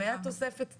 אם היתה תוספת תקציבית,